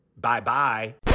Bye-bye